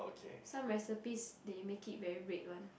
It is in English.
some recipes they make it very red one